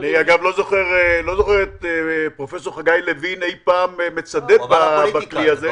אני לא זוכר את פרופ' חגי לוין אי פעם מצדד בכלי הזה.